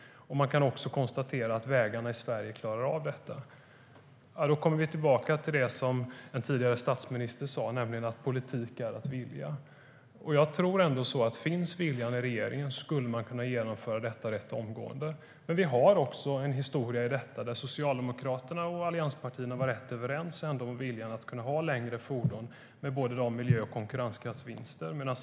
Man kan också konstatera att vägarna i Sverige klarar av detta. Då kommer vi tillbaka till det som en tidigare statsminister sa, nämligen att politik är att vilja. Jag tror ändå att om viljan finns i regeringen skulle man kunna genomföra detta rätt omgående. Men vi har också en historia där Socialdemokraterna och allianspartierna var rätt överens om viljan att ha längre fordon med de miljö och konkurrenskraftsvinster det innebär.